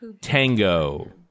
Tango